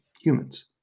Humans